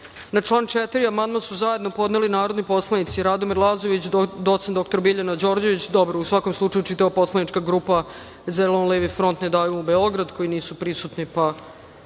član 4. amandman su zajedno podneli narodni poslanici Radomir Lazović, docent dr Biljana Đorđević, dobro u svakom slučaju čitava poslanička grupa Zeleno-levi front – Ne davimo Beograd, koji nisu prisutni, pa